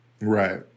right